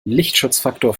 lichtschutzfaktor